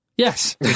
Yes